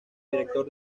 director